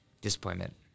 Disappointment